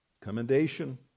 commendation